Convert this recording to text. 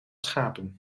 schapen